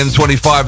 M25